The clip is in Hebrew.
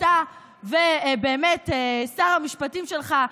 אתה ושר המשפטים שלך,